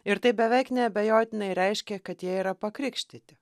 ir tai beveik neabejotinai reiškia kad jie yra pakrikštyti